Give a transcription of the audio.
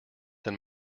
than